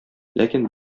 ләкин